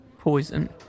Poison